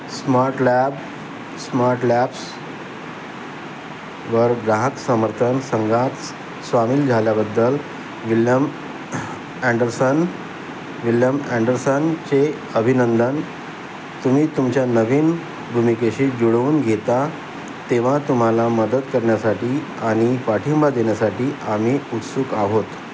smart lab smart labs वर ग्राहक समर्थन संघात सामील झाल्याबद्दल विल्यम अँडरसन विल्यम अँडरसनचे अभिनंदन तुम्ही तुमच्या नवीन भूमिकेशी जुळवून घेता तेव्हा तुम्हाला मदत करण्यासाठी आणि पाठिंबा देण्यासाठी आम्ही उत्सुक आहोत